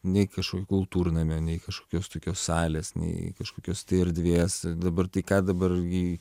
nei kažkokio kultūrnamio nei kažkokios tokios salės nei kažkokios tai erdvės dabar tai ką dabar į